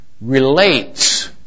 relates